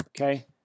okay